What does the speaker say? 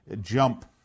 jump